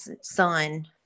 son